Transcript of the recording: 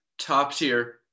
top-tier